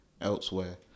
elsewhere